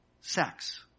sex